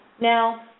Now